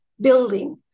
building